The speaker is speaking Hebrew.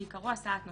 שעיקרו הסעת נוסעים,